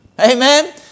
Amen